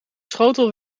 schotel